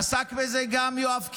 עסק בזה גם יואב קיש,